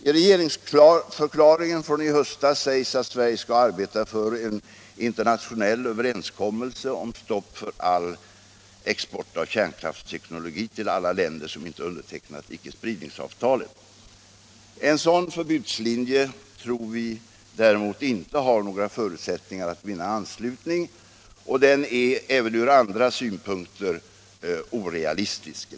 I regeringsförklaringen från i höstas sägs att Sverige skall arbeta för en internationell överenskommelse om stopp för all export av kärnkraftsteknologi till alla länder som inte undertecknat icke-spridningsavtalet. En sådan förbudslinje tror vi däremot inte har några förutsättningar att vinna anslutning, och den är även ur andra synpunkter orealistisk.